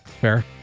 Fair